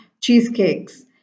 cheesecakes